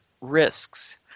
risks